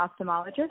ophthalmologist